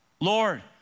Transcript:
Lord